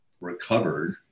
recovered